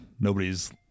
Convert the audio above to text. nobody's